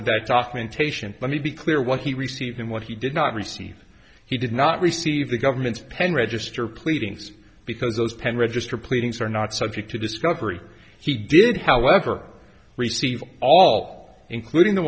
that documentation let me be clear what he received and what he did not receive he did not receive the government pen register pleadings because those pen register pleadings are not subject to discovery he did however receive all including the